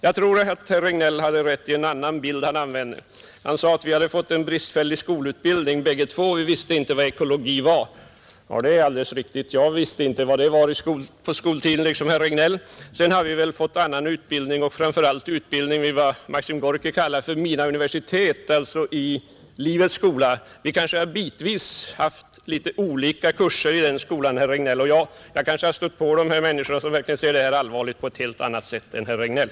Jag tror att herr Regnéll har rätt i en annan bild som han använde. Han sade att vi hade fått en bristfällig skolutbildning båda två. Vi visste inte vad ekologi var. Det är alldeles riktigt. Jag visste inte vad det var på skoltiden liksom inte heller herr Regnéll. Sedan har vi fått utbildning och framför allt utbildning i vad Maxim Gorkij kallade ”mina universitet”, alltså i livets skola. Vi kanske bitvis haft litet olika kurser i den skolan, herr Regnéll och jag. Jag kanske har stött på dessa människor som verkligen ser detta på ett mycket allvarligare sätt än herr Regnéll.